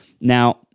Now